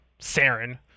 Saren